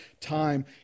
time